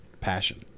passion